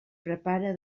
prepara